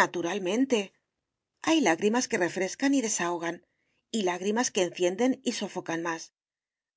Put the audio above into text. naturalmente hay lágrimas que refrescan y desahogan y lágrimas que encienden y sofocan más